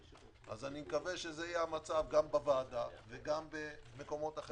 אני מקווה שזה יהיה המצב גם בוועדה וגם במקומות אחרים.